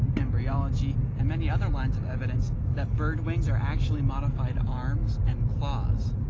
embryology and many other lines of evidence that bird wings are actually modified arms and claws!